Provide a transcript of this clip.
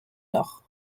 nord